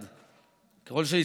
1. ככל שיצייתו,